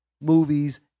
movies